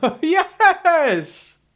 yes